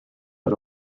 had